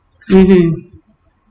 mmhmm